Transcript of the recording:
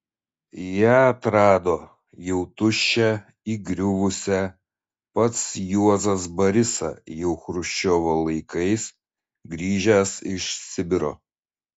ją atrado jau tuščią įgriuvusią pats juozas barisa jau chruščiovo laikais grįžęs iš sibiro